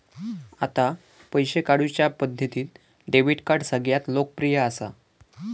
आता पैशे काढुच्या पद्धतींत डेबीट कार्ड सगळ्यांत लोकप्रिय असा